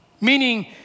Meaning